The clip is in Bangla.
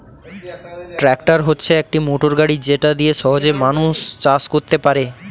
ট্র্যাক্টর হচ্ছে একটি মোটর গাড়ি যেটা দিয়ে সহজে মানুষ চাষ করতে পারে